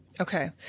Okay